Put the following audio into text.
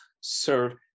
serve